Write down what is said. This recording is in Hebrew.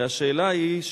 הרי השאלה היא: